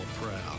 proud